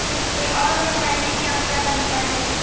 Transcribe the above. चलिए और बताइए क्या क्या बनता है